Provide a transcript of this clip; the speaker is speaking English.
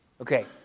Okay